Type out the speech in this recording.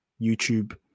YouTube